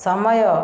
ସମୟ